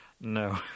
No